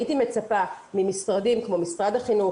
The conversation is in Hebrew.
הייתי מצפה ממשרדים כמו משרד החינוך,